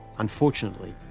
unfortunately,